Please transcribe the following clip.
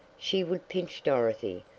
she would pinch dorothy,